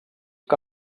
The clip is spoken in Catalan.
que